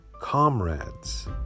comrades